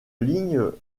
ligne